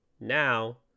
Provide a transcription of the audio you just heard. Now